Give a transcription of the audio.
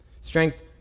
Strength